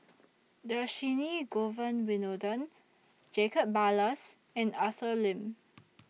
Dhershini Govin Winodan Jacob Ballas and Arthur Lim